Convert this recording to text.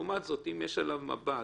לעומת זאת, אם יש עליו מב"ד,